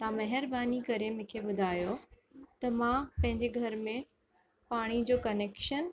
त महिरबानी करे मूंखे ॿुधायो त मां पंहिंजे घर में पाणी जो कनैक्शन